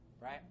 right